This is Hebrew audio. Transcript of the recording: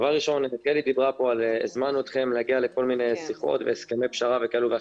חלי אמרה כאן שהם הזמינו אותנו להגיע לכל מיני שיחות והסכמי פשרה וכולי.